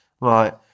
Right